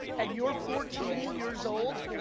and you're fourteen years old,